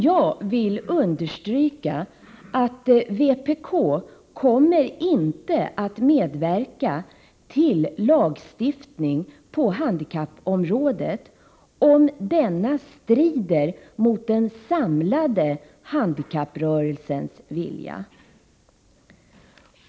Jag vill understryka att vpk inte kommer att medverka till lagstiftning på handikappområdet, om denna strider mot den samlade handikapprörelsens vilja.